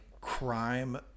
crime